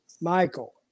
Michael